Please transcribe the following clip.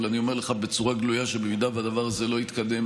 אבל אני אומר לך בצורה גלויה שאם הדבר הזה לא יתקדם,